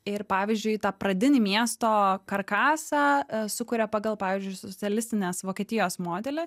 ir pavyzdžiui į tą pradinį miesto karkasą sukuria pagal pavyzdžiui socialistinės vokietijos modelį